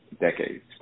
decades